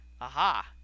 Aha